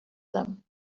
them